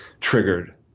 triggered